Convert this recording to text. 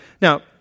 now